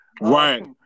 right